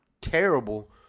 terrible